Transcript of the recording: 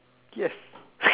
yes